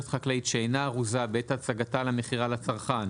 חקלאית שאינה ארוזה בעת הצגתה למכירה לצרכן